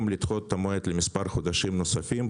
לדחות את המועד למספר חודשים נוספים,